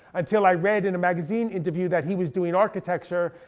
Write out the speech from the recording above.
until i read in a magazine interview that he was doing architecture,